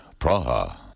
Praha